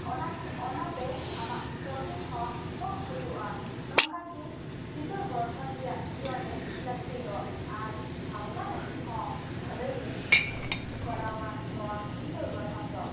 ᱚᱱᱟ ᱥᱮ ᱚᱱᱟᱛᱮ ᱟᱢᱟᱜ ᱠᱟᱹᱣᱰᱤ ᱦᱚᱸ ᱠᱚ ᱦᱩᱭᱩᱜᱼᱟ ᱱᱚᱝᱠᱟᱜᱮ ᱪᱤᱛᱟᱹᱨ ᱜᱚᱲᱦᱚᱱ ᱨᱮᱭᱟᱜ ᱡᱤᱭᱚᱱ ᱨᱮ ᱞᱟᱹᱠᱛᱤ ᱫᱚ ᱟᱨ ᱥᱟᱶᱛᱟ ᱞᱟᱜᱤᱜ ᱦᱚᱸ ᱵᱷᱟᱹᱞᱟᱹᱭᱮ ᱠᱚᱨᱟᱣᱟ ᱱᱚᱶᱟ ᱪᱤᱛᱟᱹᱨ ᱜᱚᱲᱦᱚᱱ ᱫᱚ